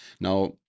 Now